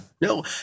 no